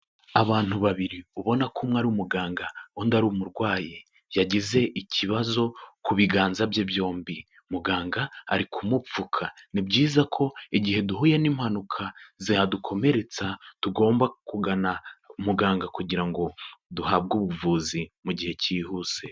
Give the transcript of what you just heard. Abantu babiri, ubona ko umwe ari umuganga, undi ari umurwayi, yagize ikibazo ku biganza bye byombi, muganga ari kumupfuka, ni byiza ko igihe duhuye n'impanuka zadukomeretsa tugomba kugana muganga, kugira ngo duhabwe ubuvuzi mu gihe cyihuse.